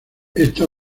esta